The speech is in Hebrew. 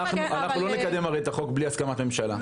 אנחנו הרי לא נקדם את החוק בלי הסכמת ממשלה.